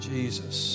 Jesus